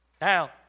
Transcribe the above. Now